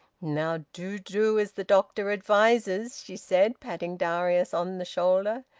now do do as the doctor advises! she said, patting darius on the shoulder.